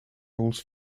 rules